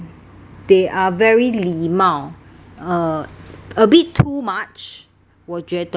they are very 礼貌 uh a bit too much 我觉得